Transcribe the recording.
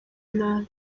nabi